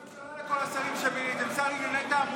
אין מספיק מקום סביב שולחן הממשלה שמילאתם: שר לענייני תעמולה,